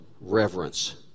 reverence